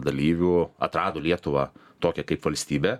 dalyvių atrado lietuvą tokią kaip valstybę